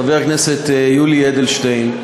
חבר הכנסת יולי אדלשטיין,